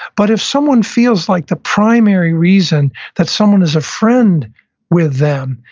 but if someone feels like the primary reason that someone is a friend with them,